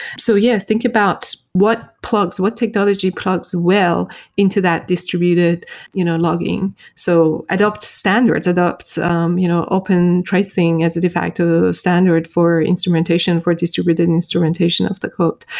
so yeah, think about what plugs, what technology plugs well into that distributed you know logging. so adopt standards, adopt um you know open tracing as a de facto of standard for instrumentation for distributed instrumentation of the code.